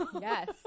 Yes